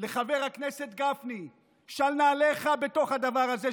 לחבר הכנסת גפני: של נעליך בתוך הדבר הזה,